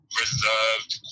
reserved